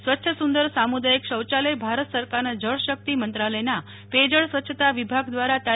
સ્વચ્છ સુંદર સામુદાયિકા શૌચાલય ભારત સરકારના જળ શક્તિ મંત્રાલયના પેયજળ સ્વચ્છતા વિભાગ દ્વારા તા